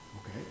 Okay